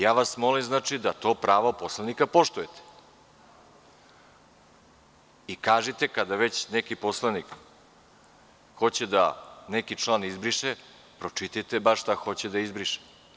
Ja vas molim da to pravo poslanika poštujete i kažite kada već neki poslanik hoće da neki član izbriše, pročitajte bar šta hoće da izbriše.